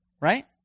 Right